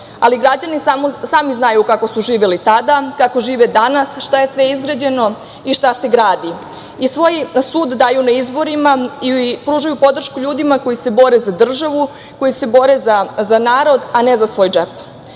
Građani sami znaju kako su živeli tada, kako žive danas, šta je sve izgrađeno i šta se gradi i svoj sud daju na izborima i pružaju podršku ljudima koji se bore za državu, koji se bore za narod, a ne za svoj